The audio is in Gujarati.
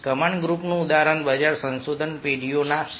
કમાન્ડ ગ્રૂપનું ઉદાહરણ બજાર સંશોધન પેઢીનાસી